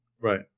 right